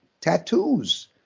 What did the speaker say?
tattoos